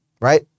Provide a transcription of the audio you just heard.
right